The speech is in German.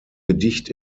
gedicht